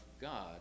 God